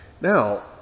now